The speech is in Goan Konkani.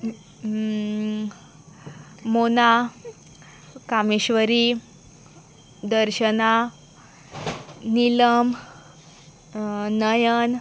मोना कामेश्वर दर्शना निलम नयन